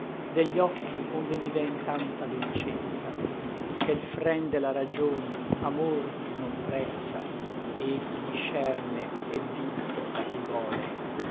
degli occhi onde mi vèn tanta dolcezza che l fren de la ragion amor non prezza e chi discerne è vinto da chi vòle